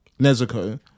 nezuko